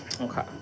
Okay